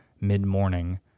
mid-morning